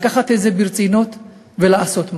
לקחת את זה ברצינות ולעשות משהו.